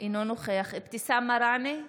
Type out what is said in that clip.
אינו נוכח אבתיסאם מראענה,